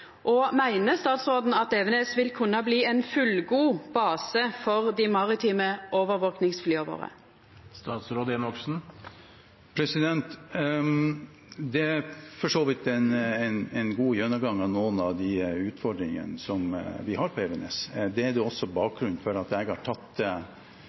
og meiner statsråden at Evenes vil kunna bli ein fullgod base for dei maritime overvakingsflya våre? Det var for så vidt en god gjennomgang av noen av de utfordringene vi har på Evenes. Det er også